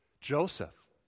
Joseph